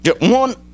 One